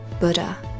buddha